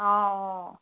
অঁ অঁ